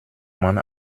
man